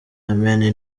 amen